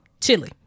chili